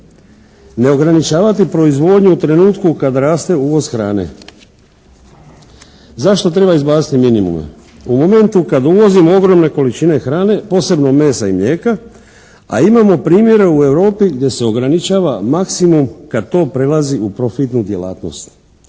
Ne ograničavati proizvodnju u trenutku kad raste uvoz hrane. Zašto treba izbaciti minimume? U momentu kada uvozimo ogromne količine hrane, posebno mesa i mlijeka a imamo primjere u Europi gdje se ograničava maksimum kad to prelazi u profitnu djelatnost.